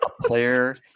player